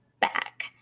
back